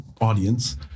audience